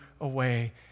away